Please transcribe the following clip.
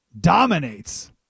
dominates